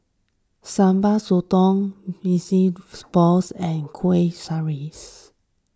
Sambal Sotong Sesame Balls and Kuih Rengas